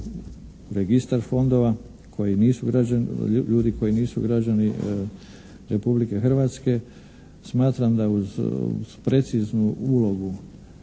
nisu građani, ljudi koji nisu građani Republike Hrvatske smatram da uz preciznu ulogu